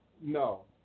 no